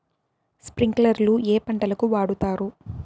స్ప్రింక్లర్లు ఏ పంటలకు వాడుతారు?